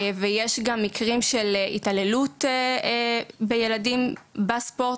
ויש גם מקרים של התעללות בילדים בספורט.